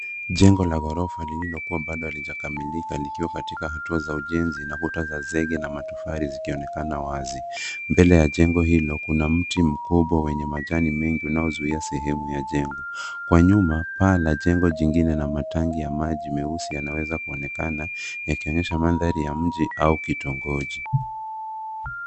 Jengo la gorofa lililokuwa bado halijakamilika, likiwa katika hatua za ujenzi na kuta za zege na matofali zikionekana wazi. Mbele ya jengo hilo kuna mti mkubwa wenye majani mengi unaozuia sehemu ya jengo. Kwa nyuma paa la jengo jingine na matangi ya maji meusi yanaweza kuonekana, yakionyesha mandhari ya mji au kitongoji.